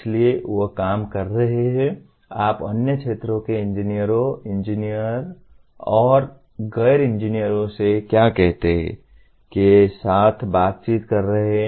इसलिए वे काम कर रहे हैं आप अन्य क्षेत्रों के इंजीनियरों इंजीनियरों या गैर इंजीनियरों से क्या कहते हैं के साथ बातचीत कर रहे हैं